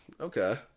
okay